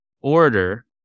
order